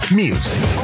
music